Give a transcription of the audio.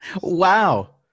Wow